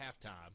halftime